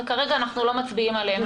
וכרגע אנחנו לא מצביעים עליהם,